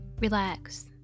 relax